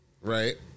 right